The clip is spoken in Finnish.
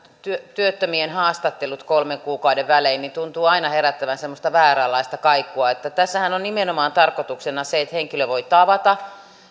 työttömien haastattelut kolmen kuukauden välein tuntuvat aina herättävän vääränlaista kaikua tässähän on nimenomaan tarkoituksena se että henkilö voi tavata